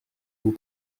vous